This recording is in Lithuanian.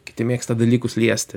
kiti mėgsta dalykus liesti